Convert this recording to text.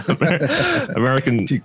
American